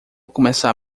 começar